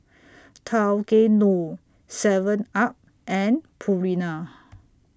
Tao Kae Noi Seven up and Purina